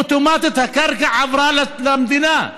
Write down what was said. אוטומטית הקרקע עברה למדינה,